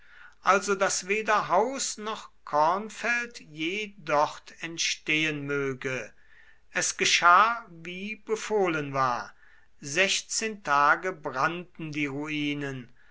also daß weder haus noch kornfeld je dort entstehen möge es geschah wie befohlen war siebzehn tage brannten die ruinen